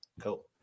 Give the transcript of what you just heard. Cool